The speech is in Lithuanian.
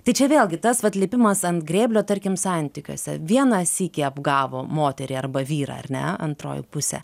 tai čia vėlgi tas vat lipimas ant grėblio tarkim santykiuose vieną sykį apgavo moterį arba vyrą ar ne antroji pusė